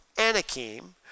Anakim